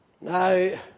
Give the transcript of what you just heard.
Now